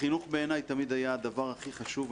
החינוך בעיני תמיד היה הדבר הכי חשוב,